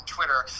Twitter